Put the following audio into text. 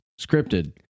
scripted